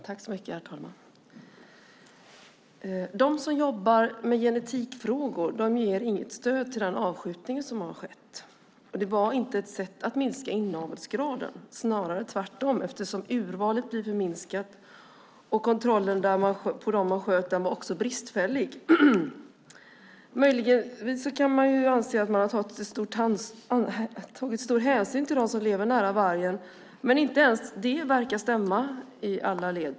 Herr talman! De som jobbar med genetikfrågor ger inget stöd till den avskjutning som har skett. Det var inte ett sätt att minska inavelsgraden, snarare tvärtom, eftersom urvalet blir förminskat och kontrollen av de vargar man sköt var bristfällig. Möjligtvis kan man anse att man tagit stor hänsyn till dem som lever nära vargen, men inte ens det verkar stämma i alla led.